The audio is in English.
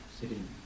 sitting